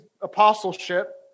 apostleship